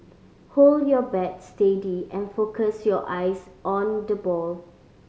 hold your bat steady and focus your eyes on the ball